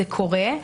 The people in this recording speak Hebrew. זה קורה.